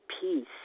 peace